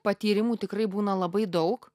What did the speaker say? patyrimų tikrai būna labai daug